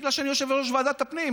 בגלל שאני יושב-ראש ועדת הפנים,